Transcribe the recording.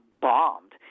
bombed